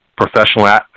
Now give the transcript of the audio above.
professional